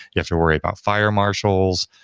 you have to worry about fire marshals,